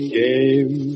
game